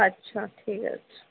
আচ্ছা ঠিক আছে